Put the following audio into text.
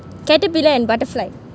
caterpillar and butterfly